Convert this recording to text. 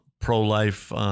pro-life